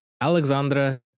Alexandra